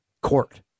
court